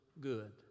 good